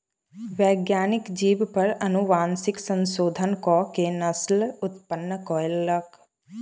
वैज्ञानिक जीव पर अनुवांशिक संशोधन कअ के नस्ल उत्पन्न कयलक